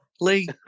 Lee